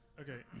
Okay